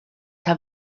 have